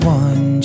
one